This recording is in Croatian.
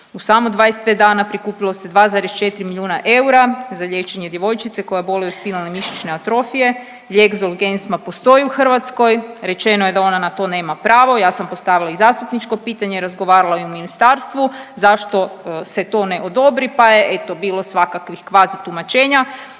u samo 25 dana prikupilo se 2,4 milijuna eura za liječenje djevojčice koja boluje od spinalne mišićne atrofije, lijek Zolgensma postoji u Hrvatskoj rečeno je da ona na to nema pravo. Ja sam postavila i zastupničko pitanje i razgovarala i u ministarstvu zašto se to ne odobri, pa je eto bilo svakakvih kvazi tumačenja.